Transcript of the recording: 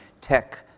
tech